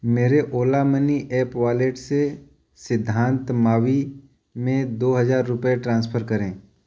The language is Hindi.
मेरे ओला मनी ऐप वॉलेट से सिद्धांत मावी में दो हज़ार रुपये ट्रांसफर करें